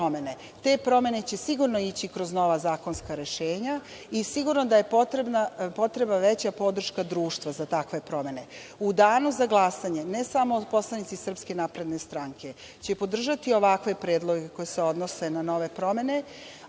Te promene će sigurno ići kroz nova zakonska rešenja i sigurno da je potreba veća podrška društva za takve promene.U danu za glasanje ne samo poslanici SNS će podržati ovakve predloge koji se odnose na nove promene,